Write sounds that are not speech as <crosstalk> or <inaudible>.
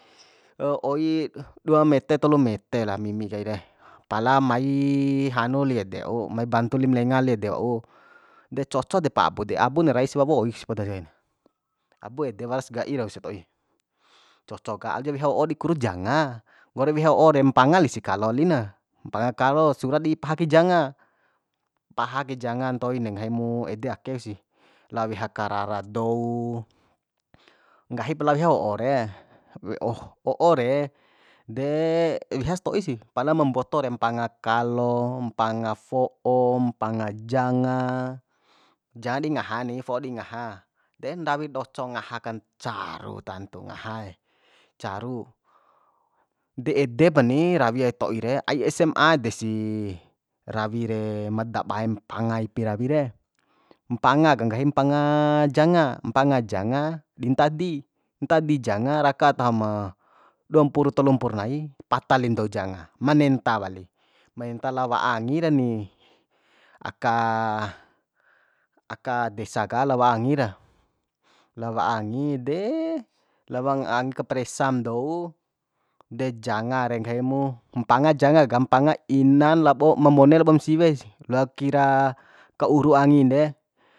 Oi dua mete tolu mete lah mimi kai re pala mai hanu li ede wau mai bantu lim lenga ede wau de coco depa abu de abun narai ese wawo oi spoda kain abu ede waras ga'i raun sato'i coco ka au ja weha o'o di kuru janga nggori weha o'o re mpanga lisi kalo lina mpanga kalo sura di paha kai janga paha kai janga ntoi de nggahi mu ede akek si lao weha karara dou nggahip lao weha o'o re <hesitation> o'o re de <hesitation> wehas to'i sih pala ma mboto re mpanga kalo mpanga fo'o mpanga janga jan di ngaha ni fo'o di ngaha de ndawi doco ngaha kan caru tantu ngahae caru de edepani rawi ai to'i re ai esem a desi rawi de ma dabae mpanga ipi rawi re mpanga ka nggahim mpanga janga mpanga janga di ntadi ntadi janga raka tahom dua mpur tolu mpur nai pata lim dou janga manenta wali manenta lao wa'a angi ra ni aka <hesitation> aka desa ka lao wa'a angi ra lao wa'a angi de lao <hesitation> paresam dou de janga re nggahi mu mpanga janga ka mpanga inan labo ma mone labom siwe si loakira ka uru angin de